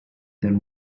then